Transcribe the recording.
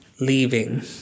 leaving